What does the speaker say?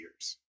years